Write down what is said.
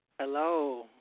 Hello